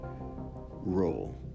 role